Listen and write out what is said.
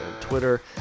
Twitter